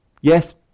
Yes